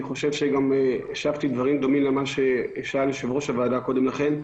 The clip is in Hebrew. אני חושב שגם השבתי דברי דומים למה ששאל יושב-ראש הוועדה קודם לכן.